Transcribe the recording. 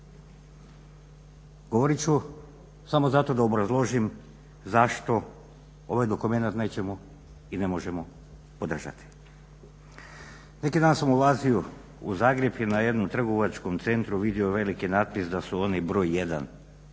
Govorit ću samo zato da obrazložim zašto ovaj dokumenat nećemo i ne možemo podržati. Neki dan sam ulazio u Zagreb i na jednom trgovačkom centru vidio veliki natpis da su oni broj